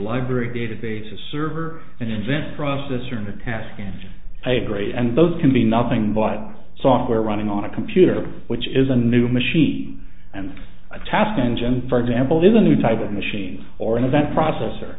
library database a server and invents processor in the task and a great and those can be nothing but software running on a computer which is a new machine and a task engine for example is a new type of machine or an event processor